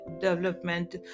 development